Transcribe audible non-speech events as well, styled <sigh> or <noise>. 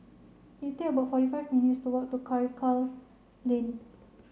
<unintelligible> about forty five minutes to walk to Karikal Lane